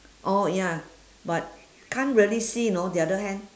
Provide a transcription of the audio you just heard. oh ya but can't really see you know the other hand